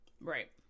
Right